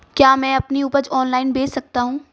क्या मैं अपनी उपज ऑनलाइन बेच सकता हूँ?